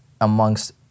amongst